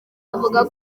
avuga